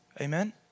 Amen